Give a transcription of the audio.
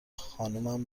خانمم